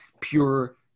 pure